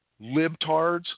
libtards